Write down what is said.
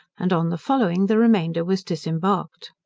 and on the following, the remainder was disembarked.